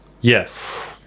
Yes